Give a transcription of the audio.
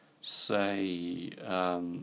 say